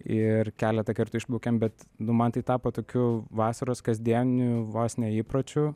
ir keletą kartų išplaukėm bet nu man tai tapo tokiu vasaros kasdieniu vos ne įpročiu